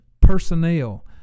personnel